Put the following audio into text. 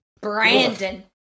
Brandon